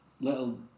little